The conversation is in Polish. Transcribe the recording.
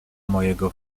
mojego